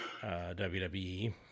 WWE